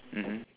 mmhmm